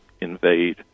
invade